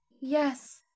Yes